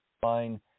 fine